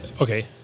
okay